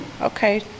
Okay